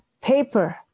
paper